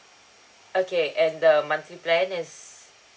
okay and the monthly plan is